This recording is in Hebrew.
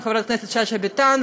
עם חברת הכנסת שאשא ביטון,